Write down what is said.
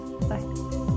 Bye